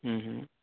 हम्म हम्म